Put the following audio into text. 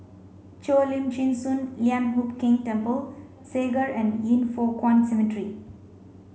Cheo Lim Chin Sun Lian Hup Keng Temple Segar and Yin Foh Kuan Cemetery